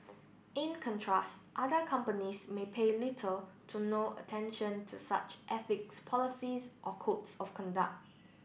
in contrast other companies may pay little to no attention to such ethics policies or codes of conduct